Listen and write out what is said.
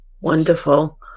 wonderful